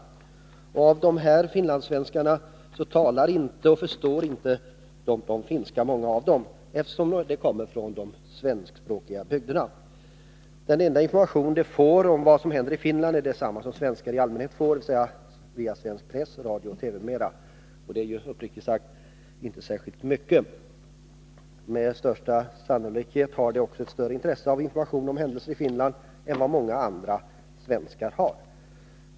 Många av dessa finlandssvenskar talar eller förstår inte finska, eftersom de kommer från de svenskspråkiga bygderna. Den enda information de får om vad som händer i Finland är densamma som svenskar i allmänhet får, dvs. via svensk press, radio och TV m.m., och det är uppriktigt sagt inte särskilt mycket. Med största sannolikhet har de också ett större intresse av information om händelser i Finland än vad många andra svensktalande har.